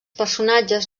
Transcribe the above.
personatges